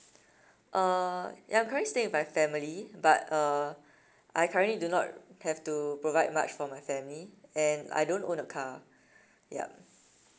uh ya I'm currently staying with my family but uh I currently do not have to provide much for my family and I don't own a car yup